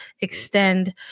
extend